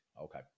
Okay